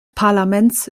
parlaments